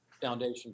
Foundation